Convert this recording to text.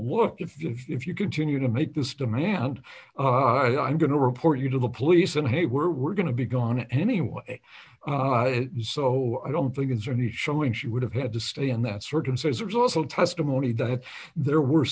look if you if you continue to make this demand i'm going to report you to the police and hey we're we're going to be gone anyway so i don't think it's a nice showing she would have had to stay in that circumstance there's also testimony that there were